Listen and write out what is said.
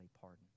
pardon